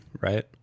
right